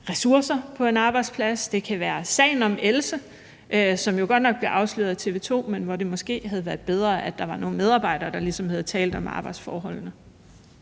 ressourcer på en arbejdsplads, det kan være sagen om Else, som jo godt nok blev afsløret af TV 2, men hvor det måske havde været bedre, at der var nogle medarbejdere, der ligesom havde talt om arbejdsforholdene.